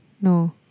No